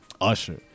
usher